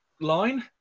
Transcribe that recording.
Line